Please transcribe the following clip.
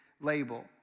label